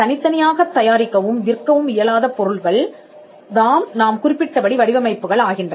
தனித்தனியாகத் தயாரிக்கவும் விற்கவும் இயலாத பொருள்கள் தாம் நாம் குறிப்பிட்ட படி வடிவமைப்புகள் ஆகின்றன